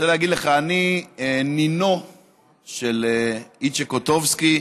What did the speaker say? אני רוצה להגיד לך, אני נינו של איצ'ה קוטובסקי,